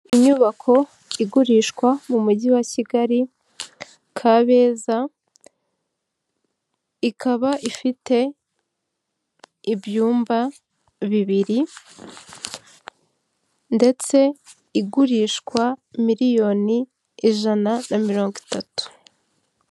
Inyubako igurishwa mu mujyi wa Kigali, Kabeza, ikaba ifite ibyumba bibiri ndetse igurishwa miliyoni ijana na mirongo itatu.